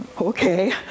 okay